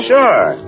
Sure